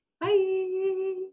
Bye